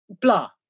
Blah